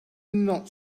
not